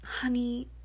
Honey